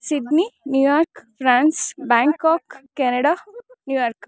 Sydney New York France Bangkok Canada New York